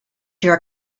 your